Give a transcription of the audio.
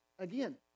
Again